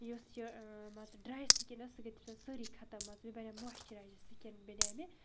یُس یہِ مان ژٕ ڈرٛاے سِکِن ٲس سُہ گٔے تَمہِ سۭتۍ سٲری ختم مان ژٕ یہِ بَنیٛو مویِسچُرایزٕڈ سِکِن بَنیٛاے مےٚ